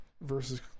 versus